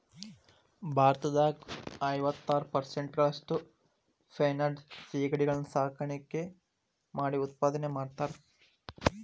ಭಾರತದಾಗ ಐವತ್ತಾರ್ ಪೇರಿಸೆಂಟ್ನಷ್ಟ ಫೆನೈಡ್ ಸಿಗಡಿಗಳನ್ನ ಸಾಕಾಣಿಕೆ ಮಾಡಿ ಉತ್ಪಾದನೆ ಮಾಡ್ತಾರಾ